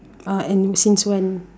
uh and since when